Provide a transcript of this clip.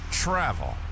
travel